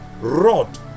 rod